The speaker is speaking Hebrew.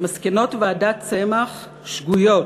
"מסקנות ועדת צמח שגויות,